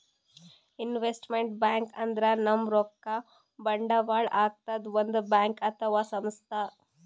investment bank ಅಂದ್ರ ನಮ್ ರೊಕ್ಕಾ ಬಂಡವಾಳ್ ಹಾಕದ್ ಒಂದ್ ಬ್ಯಾಂಕ್ ಅಥವಾ ಸಂಸ್ಥಾ